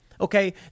okay